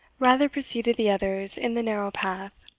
rather preceded the others in the narrow path,